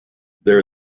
there